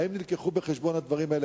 האם הובאו בחשבון הדברים האלה,